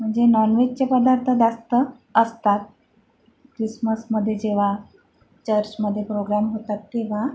म्हणजे नॉनव्हेजचे पदार्थ दास्त असतात क्रिसमसमध्ये जेव्हा चर्चमध्ये प्रोग्रॅम होतात तेव्हा